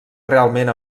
realment